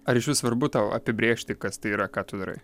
ar išvis svarbu tau apibrėžti kas tai yra ką tu darai